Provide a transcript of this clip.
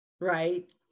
right